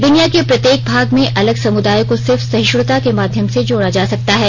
दुनिया के प्रत्येक भाग में अलग समुदायों को सिर्फ सहिष्णुता के माध्यम से जोड़ा जा सकता है